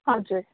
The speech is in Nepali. हजुर